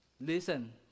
listen